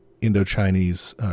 Indo-Chinese